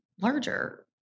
larger